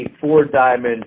four-diamond